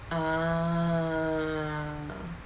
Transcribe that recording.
ah